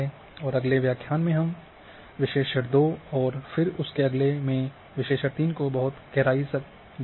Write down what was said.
और अगले व्याख्यान में हम विश्लेषण 2 और फिर उसके अगले में विश्लेषण 3 में बहुत गहराई तक जाएँगे